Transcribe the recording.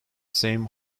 same